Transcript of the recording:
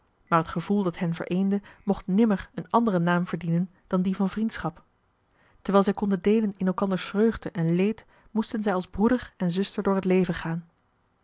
maar het gevoel dat hem vereende mocht nimmer een anderen naam verdienen dan dien van vriendschap terwijl zij konden deelen in elkanders vreugde en leed moesten zij als broeder en zuster door het leven gaan